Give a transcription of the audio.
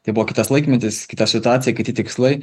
tai buvo kitas laikmetis kita situacija kiti tikslai